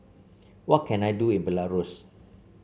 what can I do in Belarus